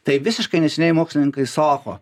tai visiškai neseniai mokslininkai sako